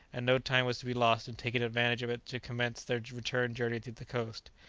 and no time was to be lost in taking advantage of it to commence their return journey to the coast.